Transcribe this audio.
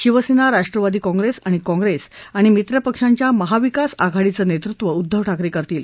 शिवसेना राष्ट्रवादी काँग्रिस आणि काँग्रिस आणि मित्रपक्षांच्या महाविकास आघाडीचं नेतृत्व उद्दव ठाकरे करतील